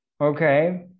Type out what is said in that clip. Okay